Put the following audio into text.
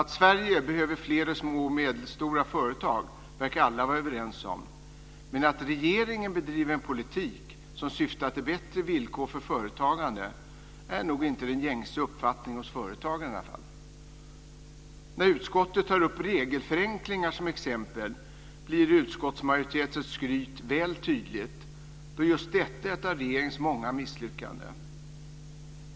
Att Sverige behöver flera små och medelstora företag verkar alla vara överens om, men att regeringen bedriver en politik som syftar till bättre villkor för företagande är nog inte den gängse uppfattningen - inte hos företagarna i alla fall. När utskottet tar upp regelförenklingar som exempel blir utskottsmajoritetens skryt väl tydligt, då just detta är ett av regeringens många misslyckanden.